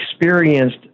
experienced